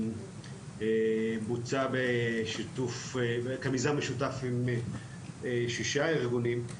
בוצעה כמיזם משותף עם שישה ארגונים.